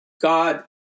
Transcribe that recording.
God